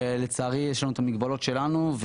לצערי יש לנו את המגבלות שלנו.